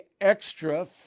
extra